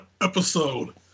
episode